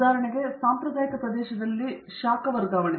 ಉದಾಹರಣೆಗೆ ಸಾಂಪ್ರದಾಯಿಕ ಪ್ರದೇಶದಲ್ಲಿ ಇಂಟರ್ ನೋಡುವಂತೆ ಶಾಖ ವರ್ಗಾವಣೆ